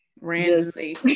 randomly